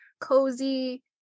cozy